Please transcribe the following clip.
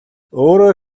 өөрөөр